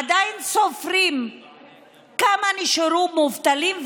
ועדיין סופרים כמה מובטלים נשארו,